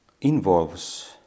involves